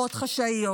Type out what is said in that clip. בחירות חשאיות,